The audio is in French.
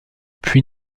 puis